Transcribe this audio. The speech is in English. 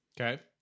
Okay